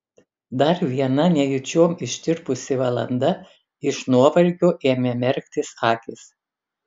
dar viena nejučiom ištirpusi valanda iš nuovargio ėmė merktis akys